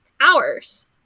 hours